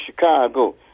Chicago